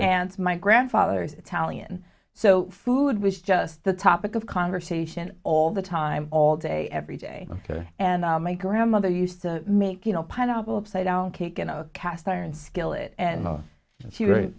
and my grandfather's italian so food was just the topic of conversation all the time all day every day and my grandmother used to make you know pineapple upside down cake in a cast iron skillet and she was